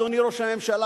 אדוני ראש הממשלה,